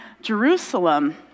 Jerusalem